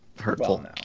hurtful